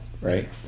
right